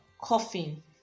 coughing